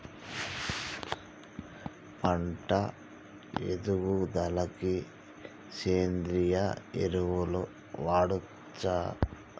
పంట ఎదుగుదలకి సేంద్రీయ ఎరువులు వాడచ్చా?